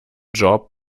job